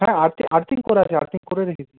হ্যাঁ earthing earthing করা আছে আর্থিং করে রেখেছি